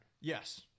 Yes